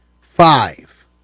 five